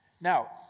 Now